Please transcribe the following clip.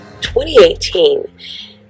2018